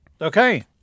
Okay